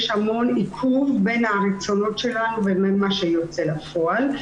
יש המון עיכוב בין הרצונות שלנו לבין מה שיוצא בפועל.